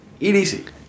EDC